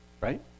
right